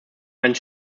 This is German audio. einen